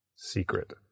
Secret